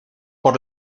por